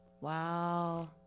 Wow